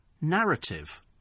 narrative